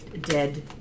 dead